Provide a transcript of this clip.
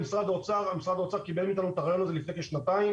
משרד האוצר קיבל מאיתנו את הרעיון הזה לפני כשנתיים.